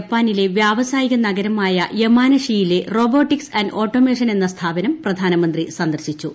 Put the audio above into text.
ജപ്പാനിലെ വ്യാവസായിക നഗരമായ യമാനഷീയിലെ റോബോട്ടിക്സ് ആന്റ് ഓട്ടോമേഷൻ എന്ന സ്ഥാപനം പ്രധാനമന്ത്രി സന്ദർശിച്ചു